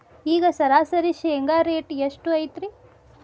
ಈಗ ಸರಾಸರಿ ಶೇಂಗಾ ರೇಟ್ ಎಷ್ಟು ಐತ್ರಿ?